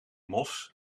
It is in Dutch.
mos